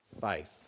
faith